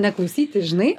neklausyti žinai